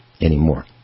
anymore